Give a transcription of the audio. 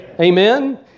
Amen